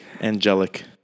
Angelic